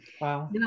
Wow